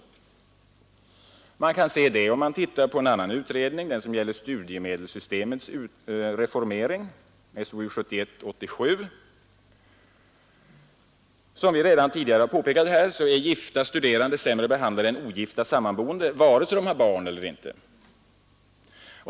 Man kan se detsamma om man studerar en annan utredning — den som gäller studiemedelssystemets reformering . Som vi redan tidigare har påpekat här är gifta studerande sämre behandlade än ogifta sammanboende vare sig de har barn eller inte.